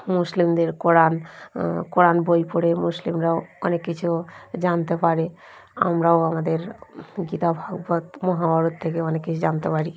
মুসলিমদের কোরান কোরান বই পড়ে মুসলিমরাও অনেক কিছু জানতে পারে আমরাও আমাদের গীতা ভাগবত মহাভারত থেকে অনেক কিছু জানতে পারি